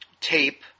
tape